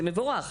זה מבורך.